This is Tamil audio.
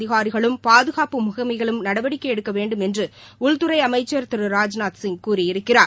அதிகாரிகளும் பாதுகாப்பு முகமைகளும் நடவடிக்கை எடுக்கவேண்டும் என்று உள்துறை அமைச்சர் திரு ராஜ்நாத் சிங் கூறியிருக்கிறார்